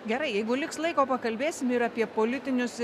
gerai jeigu liks laiko pakalbėsim ir apie politinius